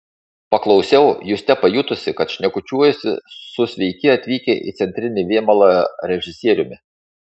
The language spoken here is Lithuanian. paklausiau juste pajutusi kad šnekučiuojuosi su sveiki atvykę į centrinį vėmalą režisieriumi